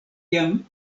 jam